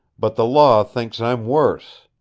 but the law thinks i'm worse.